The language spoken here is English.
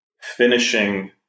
finishing